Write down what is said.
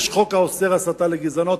יש חוק האוסר הסתה לגזענות,